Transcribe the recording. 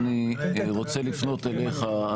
אני רוצה לפנות אליך,